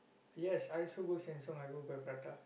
yes I also go Sheng-Siong I go for the prata